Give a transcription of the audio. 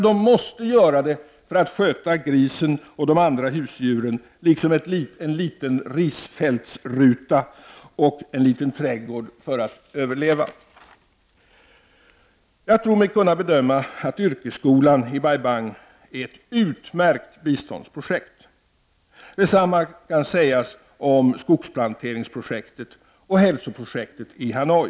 De måste göra detta för att sköta grisen och de andra husdjuren liksom en liten risfältsruta och en liten trädgård. Annars skulle de inte överleva. Jag tror mig kunna bedöma att yrkesskolan i Bai-Bang är ett utmärkt biståndsprojekt. Detsamma kan sägas om skogsplanteringsprojektet och hälsoprojektet i Hanoi.